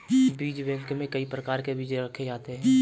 बीज बैंक में कई प्रकार के बीज रखे जाते हैं